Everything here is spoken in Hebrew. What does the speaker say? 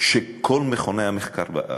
שכל מכוני המחקר בארץ,